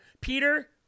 Peter